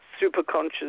superconscious